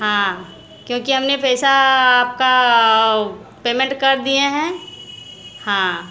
हाँ क्योंकि हमने पैसा आपका पेमेंट कर दिए हैं हाँ